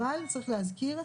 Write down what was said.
אבל צריך להזכיר,